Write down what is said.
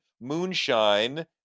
moonshine